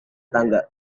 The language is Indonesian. tangga